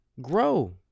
Grow